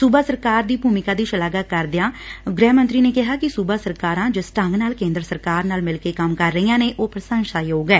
ਸੁਬਾ ਸਰਕਾਰਾਂ ਦੀ ਭੁਮਿਕਾ ਦੀ ਸ਼ਲਾਘਾ ਕਰਦਿਆਂ ਗੁਹਿ ਮੰਤਰੀ ਨੇ ਕਿਹਾ ਕਿ ਸੁਬਾ ਸਰਕਾਰਾਂ ਜਿਸ ਢੰਗ ਨਾੂਲ ਕੇ ਦਰ ਸਰਕਾਰ ਨਾਲ ਮਿਲ ਕੇ ਕੰਮ ਕਰ ਰਹੀਆ ਨੇ ਉਹ ਪ੍ਰੰਸਸਾਯੋਗ ਐ